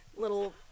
little